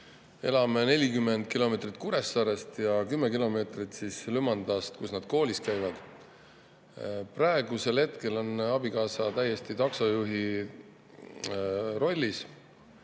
Elame 40 kilomeetrit Kuressaarest ja 10 kilomeetrit Lümandast, kus nad koolis käivad. Praegu on abikaasa täiesti taksojuhi rollis.